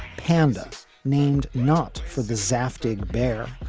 panda named not for the zaftig bear,